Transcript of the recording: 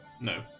No